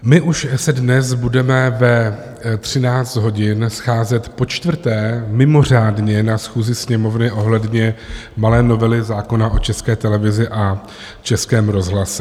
My už se dnes budeme ve 13 hodin scházet počtvrté mimořádně na schůzi Sněmovny ohledně malé novely zákona o České televizi a Českém rozhlase.